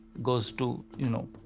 goes to you know,